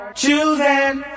choosing